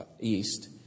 east